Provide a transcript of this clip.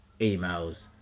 emails